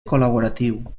col·laboratiu